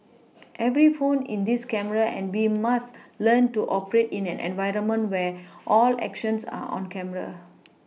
every phone in this camera and we must learn to operate in an environment where all actions are on camera